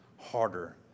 harder